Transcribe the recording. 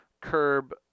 curb